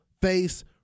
face